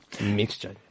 mixture